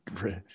rich